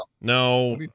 No